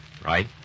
Right